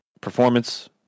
performance